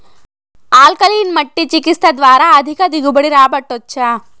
alkaline మట్టి చికిత్స ద్వారా అధిక దిగుబడి రాబట్టొచ్చా